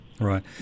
Right